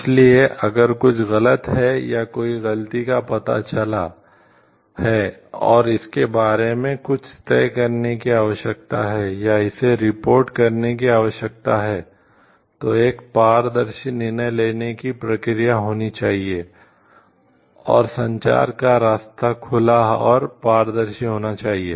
इसलिए अगर कुछ गलत है या कोई गलती का पता चला है और इसके बारे में कुछ तय करने की आवश्यकता है या इसे रिपोर्ट करने की आवश्यकता है तो एक पारदर्शी निर्णय लेने की प्रक्रिया होनी चाहिए और संचार का रास्ता खुला और पारदर्शी होना चाहिए